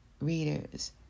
readers